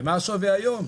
ומה השווי היום?